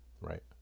right